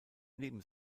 neben